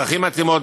בדרכים מתאימות.